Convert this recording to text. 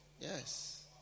Yes